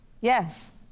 Yes